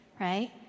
right